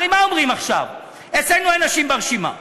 הרי מה אומרים עכשיו, אצלנו אין נשים ברשימה.